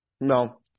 No